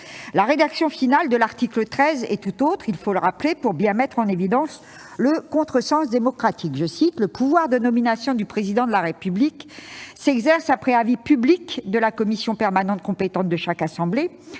La version finale de l'article 13 est bien différente, il faut le rappeler, afin de bien mettre en évidence le contresens démocratique :« Le pouvoir de nomination du Président de la République s'exerce après avis public de la commission permanente compétente de chaque assemblée. »